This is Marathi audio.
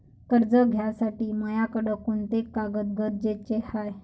कर्ज घ्यासाठी मायाकडं कोंते कागद गरजेचे हाय?